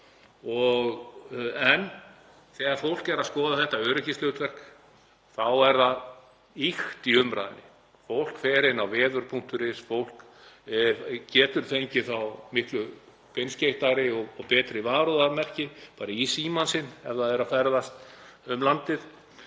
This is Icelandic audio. En þegar fólk er að skoða þetta öryggishlutverk þá er það ýkt í umræðunni. Fólk fer inn á vedur.is. Fólk getur fengið miklu beinskeyttari og betri varúðarmerki bara í símann sinn ef það er að ferðast um landið.